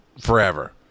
forever